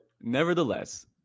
nevertheless